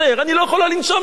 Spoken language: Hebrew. אני לא יכולה לנשום יותר,